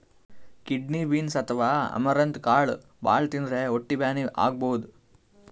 kidney beans ಅಥವಾ amaranth ಕಾಳ್ ಭಾಳ್ ತಿಂದ್ರ್ ಹೊಟ್ಟಿ ಬ್ಯಾನಿ ಆಗಬಹುದ್